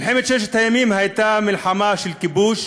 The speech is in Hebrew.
מלחמת ששת הימים הייתה מלחמה של כיבוש: